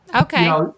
okay